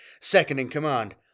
second-in-command